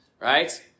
right